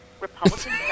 Republican